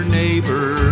neighbor